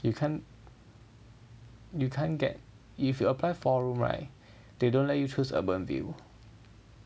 you can't you can't get if you apply four room right they don't let you choose UrbanVille